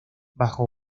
bajo